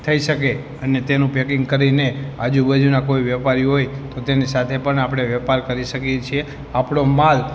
થઇ શકે અને તેનું પૅકિંગ કરીને આજુબાજુના કોઈ વ્યાપારી હોય તો તેની સાથે પણ આપણે વ્યાપાર કરી શકીએ છીએ આપણો માલ